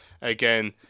again